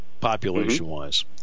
population-wise